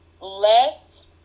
less